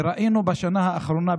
וראינו בשנה האחרונה,